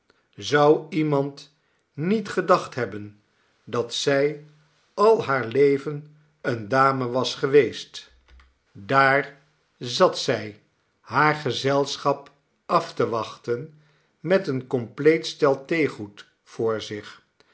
zou iemand niet gedacht hebben dat zij al haar leven eene dame was geweest daar zat zij haar gezelschap af te wachten met een compleet stel theegoed voor zich